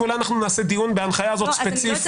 ואולי אנחנו נעשה דיון בהנחיה הזאת ספציפית.